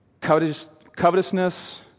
Covetousness